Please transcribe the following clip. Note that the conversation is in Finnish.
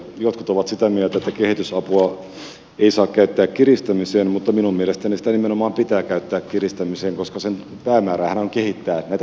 jotkut ovat sitä mieltä että kehitysapua ei saa käyttää kiristämiseen mutta minun mielestäni sitä nimenomaan pitää käyttää kiristämiseen koska sen päämäärähän on kehittää näitä yhteiskuntia oikeusvaltioina